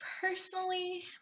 personally